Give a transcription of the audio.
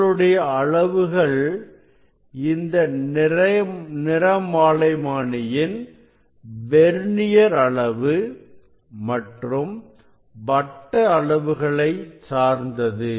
உங்களுடைய அளவுகள் இந்த நிறமாலைமானியின் வெர்னியர் அளவு மற்றும் வட்ட அளவுகளை சார்ந்தது